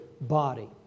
body